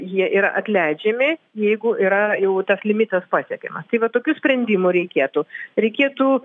jie yra atleidžiami jeigu yra jau tas limitas pasiekiamas tai va tokių sprendimų reikėtų reikėtų